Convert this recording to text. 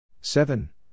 Seven